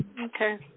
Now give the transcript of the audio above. Okay